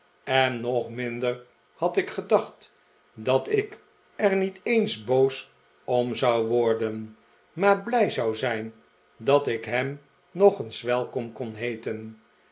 en nog minder had ik gedacht dat ik er niet eens boos om zou worden maar blij zou zijn dat ik hem nog eens welko m kon heeten